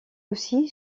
aussi